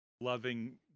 loving